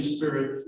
Spirit